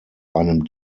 einem